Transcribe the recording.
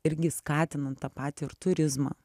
irgi skatinant tą patį ir turizmą